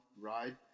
ride